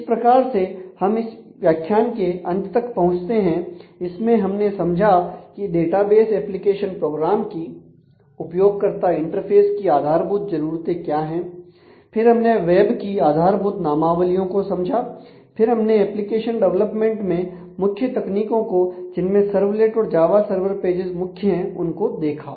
इस प्रकार से हम इस व्याख्यान के अंत तक पहुंचते हैं इसमें हमने समझा की डेटाबेस एप्लीकेशन प्रोग्राम की उपयोगकर्ता इंटरफ़ेस की आधारभूत जरूरतें क्या हैं फिर हमने वेब की आधारभूत नामावलियों को समझा फिर हमने एप्लीकेशन डेवलपमेंट में मुख्य तकनीकों को जिनमें सर्वलेट और जावा सर्वर पेजेस मुख्य हैं उनको देखा